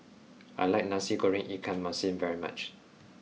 I like nasi goreng ikan masin very much